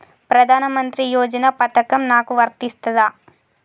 ప్రధానమంత్రి యోజన పథకం నాకు వర్తిస్తదా?